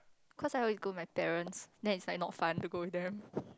cause I always go with my parents then it's like not fun to go there